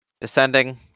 Descending